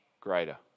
greater